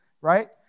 right